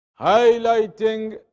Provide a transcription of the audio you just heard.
highlighting